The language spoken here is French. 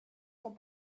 sont